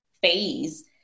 phase